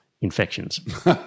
infections